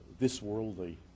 this-worldly